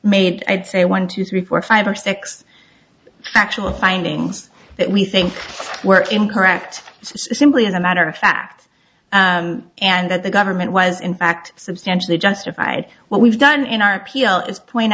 made i'd say one two three four five or six factual findings that we think were incorrect simply as a matter of fact and that the government was in fact substantially justified what we've done in our appeal is point